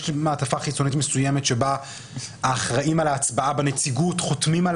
יש מעטפה חיצונית מסוימת שעליה האחראים על ההצבעה בנציגות חותמים.